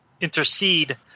Intercede